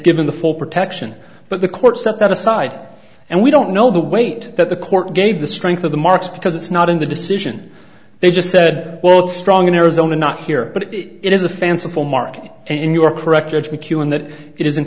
given the full protection but the court set that aside and we don't know the weight that the court gave the strength of the marks because it's not in the decision they just said well strong in arizona not here but it is a fanciful mark and you are correct judge mckeown that it isn't